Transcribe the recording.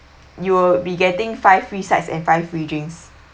you will be getting five free sides and five free drinks